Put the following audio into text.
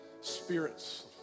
spirits